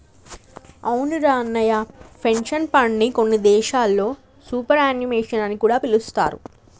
అవునురా అన్నయ్య పెన్షన్ ఫండ్ని కొన్ని దేశాల్లో సూపర్ యాన్యుమేషన్ అని కూడా పిలుస్తారు